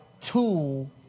tool